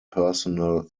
personnel